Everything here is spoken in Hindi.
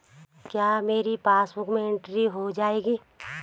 क्या मेरी पासबुक में एंट्री हो जाएगी?